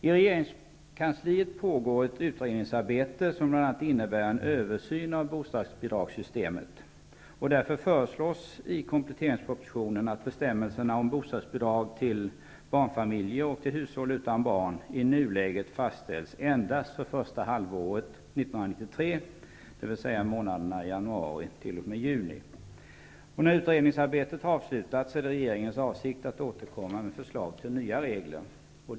I regeringkansliet pågår ett utredningsarbete, som bl.a. innebär en översyn av bostadsbidragssystemet. Därför föreslås i kompletteringspropositionen att betämmelserna om bostadsbidrag till barnfamiljer och till hushåll utan barn i nuläget fastställs endast för första halvåret 1993, dvs. månaderna januari--juni. När utredningsarbetet har avslutats är det regeringens avsikt att återkomma med förslag till nya regler.